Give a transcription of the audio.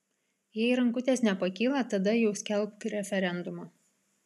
jei rankutės nepakyla tada jau skelbk referendumą